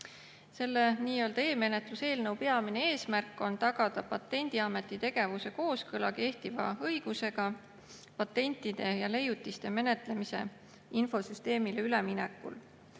Selle nii-öelda e-menetluse eelnõu peamine eesmärk on tagada Patendiameti tegevuse kooskõla kehtiva õigusega patentide ja leiutiste menetlemise infosüsteemile üleminekul.